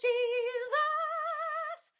Jesus